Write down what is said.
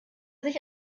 sich